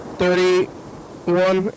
thirty-one